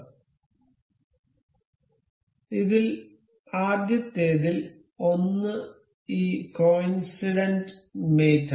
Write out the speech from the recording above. അതിനാൽ ഇതിൽ ആദ്യത്തേതിൽ ഒന്ന് ഈ കോഇൻസിടന്റ് മേറ്റ് ആണ്